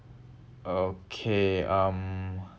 okay um